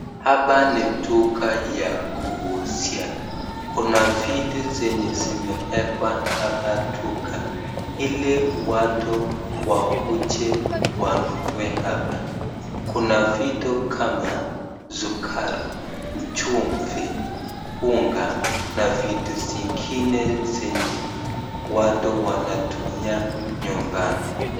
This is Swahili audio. Hapa ni duka ya kuuzia. Kuna vitu zenye zimewekwa hapa duka ili watu wakuje wanunue hapa. Kuna vitu kama sukari, chumvi, unga na vitu zingine zenye watu wanatumia nyumbani.